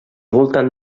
voltant